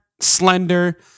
slender